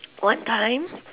what time